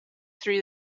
through